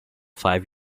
five